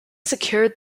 secured